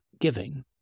giving